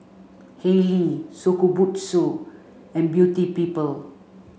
Haylee Shokubutsu and Beauty People